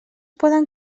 poden